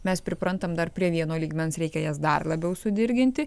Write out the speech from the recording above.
mes priprantam dar prie vieno lygmens reikia jas dar labiau sudirginti